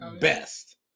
best